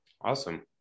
Awesome